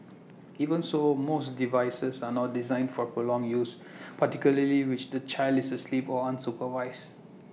even so most devices are not designed for prolonged use particularly which the child is sleep or unsupervised